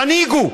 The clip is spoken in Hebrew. תנהיגו.